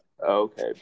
okay